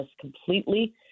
completely